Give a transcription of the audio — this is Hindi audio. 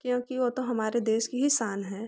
क्योंकि वो तो हमारे देश की ही शान है